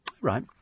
right